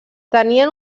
tenien